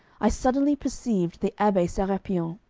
i suddenly perceived the abbe serapion,